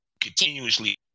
continuously